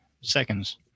seconds